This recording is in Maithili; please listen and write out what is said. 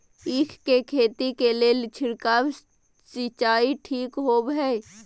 ईख के खेती के लेल छिरकाव सिंचाई ठीक बोय ह?